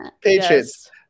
patrons